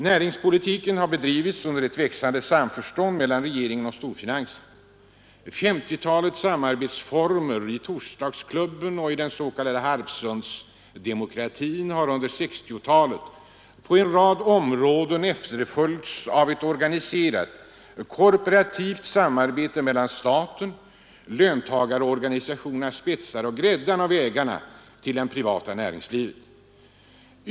Näringspolitiken har bedrivits under ett växande samförstånd mellan regeringen och storfinansen. 1950-talets samarbetsformer i Torsdagsklubben och i den s.k. Harpsundsdemokratin har under 1960-talet på en rad områden efterföljts av ett organiserat korporativt samarbete mellan staten, löntagarorganisationernas spetsar och gräddan av ägarna till det privata näringslivet.